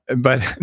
but,